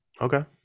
Okay